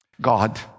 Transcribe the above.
God